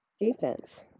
defense